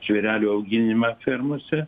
žvėrelių auginimą fermose